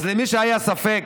אז למי שהיה ספק